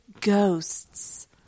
Ghosts